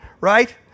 right